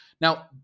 Now